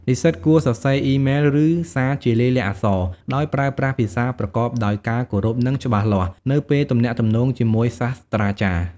និស្សិតគួរសរសេរ អ៊ីមែល ឬសារជាលាយលក្ខណ៍អក្សរ ដោយប្រើប្រាស់ភាសាប្រកបដោយការគោរព និងច្បាស់លាស់ នៅពេលទំនាក់ទំនងជាមួយសាស្រ្តាចារ្យ។